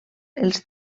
els